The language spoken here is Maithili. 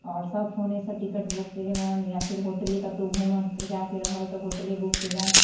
आओर सभ फोने सँ टिकट बुक केलैनि या फिर होटले कतौ घुमऽ जायके रहल तऽ होटले बुक केलैनि